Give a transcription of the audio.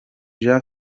jean